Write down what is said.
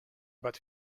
but